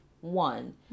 one